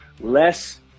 Less